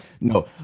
no